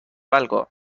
algo